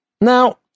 Now